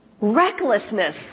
recklessness